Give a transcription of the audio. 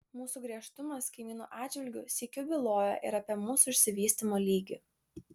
mūsų griežtumas kaimynų atžvilgiu sykiu byloja ir apie mūsų išsivystymo lygį